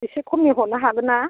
एसे खमनि हरनो हागोन ना